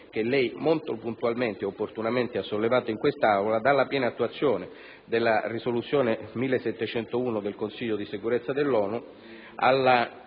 Grazie